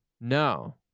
No